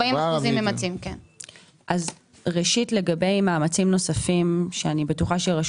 אני רוצה להוסיף עוד שני דברים ולהגיב על מה שהיושב ראש